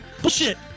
Bullshit